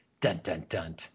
dun-dun-dun